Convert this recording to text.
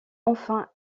enfin